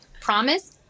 Promise